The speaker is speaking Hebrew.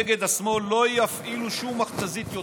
נגד השמאל, לא יפעילו שום מכת"זית יותר.